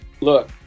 look